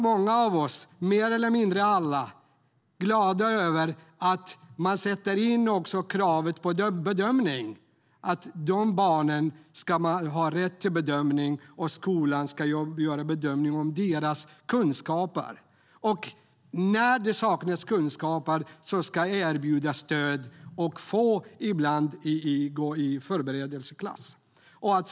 Många av oss - mer eller mindre alla - är också glada över att man sätter in kravet på bedömning. Dessa barn ska ha rätt till en bedömning. Skolan ska göra en bedömning av deras kunskaper, och när det saknas kunskaper ska man erbjudas stöd och möjligheten att gå i förberedelseklass.